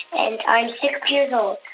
and i'm six years old.